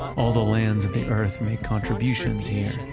all the lands of the earth made contributions here.